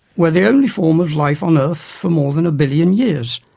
were the only form of life on earth for more than a billion years,